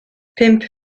pump